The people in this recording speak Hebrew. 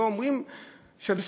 לא אומרים שבסדר,